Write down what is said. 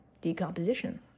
decomposition